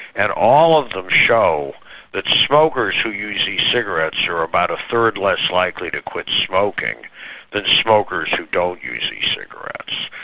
and all of them show that smokers who use use e-cigarettes are about a third less likely to quit smoking than smokers who don't use e-cigarettes.